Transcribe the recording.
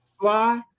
Fly